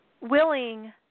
willing